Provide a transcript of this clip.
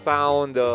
Sound